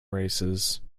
races